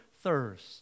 thirst